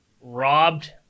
robbed